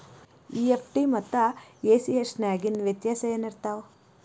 EFT ಮತ್ತ A C H ನ್ಯಾಗಿನ್ ವ್ಯೆತ್ಯಾಸೆನಿರ್ತಾವ?